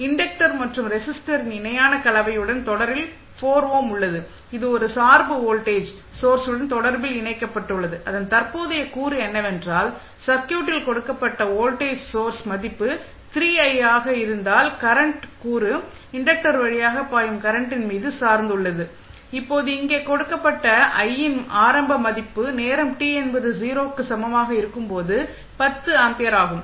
inductor மற்றும் ரெஸிஸ்டரின் இணையான கலவையுடன் தொடரில் 4 ஓம் உள்ளது இது ஒரு சார்பு வோல்டேஜ் சொர்ஸுடன் தொடரில் இணைக்கப்பட்டுள்ளது அதன் தற்போதைய கூறு என்னவென்றால் சர்க்யூட்டில் கொடுக்கப்பட்ட வோல்டேஜ் சோர்ஸ் மதிப்பு 3i ஆக இருந்தால் கரண்ட் கூறு இன்டக்டர் வழியாக பாயும் கரண்டின் மீது சார்ந்துள்ளது இப்போது இங்கே கொடுக்கப்பட்ட I யின் ஆரம்ப மதிப்பு நேரம் t என்பது 0 க்கு சமமாக இருக்கும் போது 10 ஆம்பியர் ஆகும்